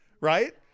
right